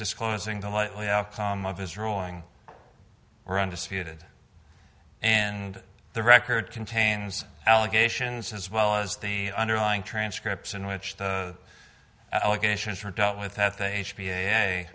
disclosing the lightly outcome of his rowing were understood and the record contains allegations as well as the underlying transcripts in which the allegations were dealt with that thing h b a